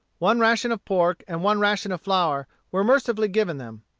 one ration of pork and one ration of flour were mercifully given them.